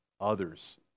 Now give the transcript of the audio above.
others